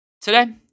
Today